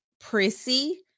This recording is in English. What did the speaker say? prissy